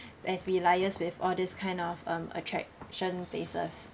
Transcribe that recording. as we liaise with all this kind of um attraction places